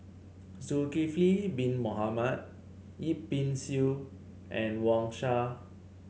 Zulkifli Bin Mohamed Yip Pin Xiu and Wang Sha